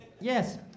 Yes